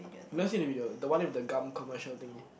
you not seen the video the one with the gum commercial thing